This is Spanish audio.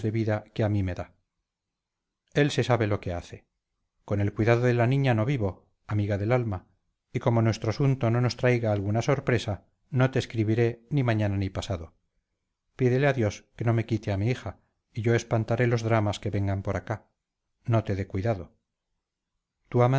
vida que a mí me da él se sabe lo que hace con el cuidado de la niña no vivo amiga del alma y como nuestro asunto no nos traiga alguna sorpresa no te escribiré ni mañana ni pasado pídele a dios que no me quite a mi hija y yo espantaré los dramas que vengan por acá no te dé cuidado tu